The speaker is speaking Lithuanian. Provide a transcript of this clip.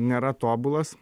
nėra tobulas